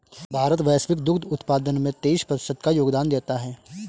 भारत वैश्विक दुग्ध उत्पादन में तेईस प्रतिशत का योगदान देता है